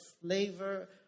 flavor